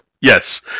Yes